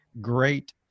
great